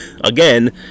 Again